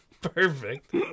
perfect